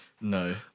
No